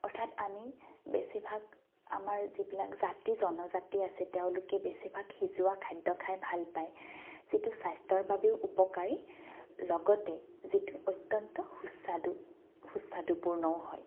অৰ্থাৎ আমি বেছিভাগ আমাৰ যিবিলাক জাতি জনজাতি আছে তেওঁলোকে বেছিভাগ সিজোৱা খাদ্য খাই ভাল পায় যিটো স্বাস্থ্যৰ বাবেও উপকাৰী লগতে যিটো অত্যন্ত সুস্বাদু সুস্বাদুপূৰ্ণও হয়